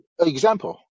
example